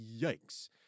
yikes